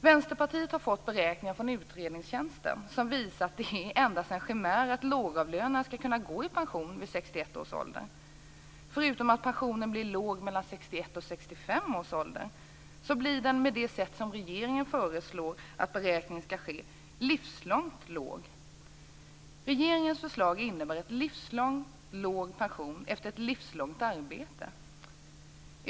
Vänsterpartiet har fått beräkningar från utredningstjänsten som visar att det endast är en chimär att lågavlönade skall kunna gå i pension vid 61 års ålder. Förutom att pensionen blir låg mellan 61 och 65 års ålder blir den med det sätt regeringen föreslår att beräkningen skall ske livslångt låg. Regeringens förslag innebär en livslångt låg pension efter ett livslångt arbete.